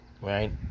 right